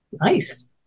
Nice